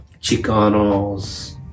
Chicanos